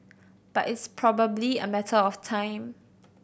but it's probably a matter of time